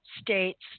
states